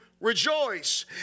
rejoice